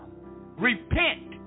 Repent